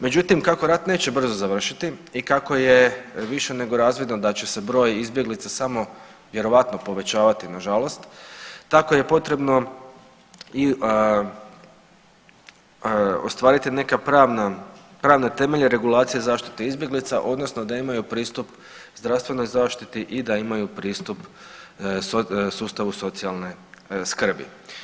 Međutim, kako rat neće brzo završiti i kako je više nego razvidno da će se broj izbjeglica samo vjerojatno samo povećavati nažalost, tako je potrebno ostvariti neka pravne temelje regulacije zaštite izbjeglica odnosno da imaju pristup zdravstvenoj zaštiti i da imaju pristup sustavu socijalne skrbi.